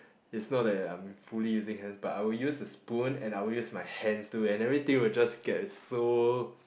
it's not that I am fully using hands but I will use a spoon and I will use my hands too and everything will just get so